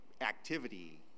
activity